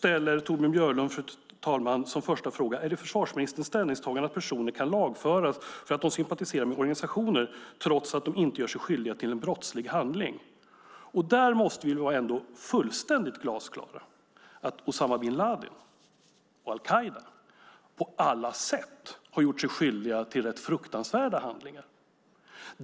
Torbjörn Björlunds första fråga är om det är försvarsministerns ställningstagande att personer kan lagföras för att de sympatiserar med organisationer trots att de inte gör sig skyldiga till en brottslig handling. Där måste vi vara fullständigt glasklara, nämligen att Usama bin Ladin och al-Qaida på alla sätt har gjort sig skyldiga till fruktansvärda handlingar.